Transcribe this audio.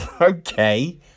okay